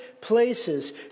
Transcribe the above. places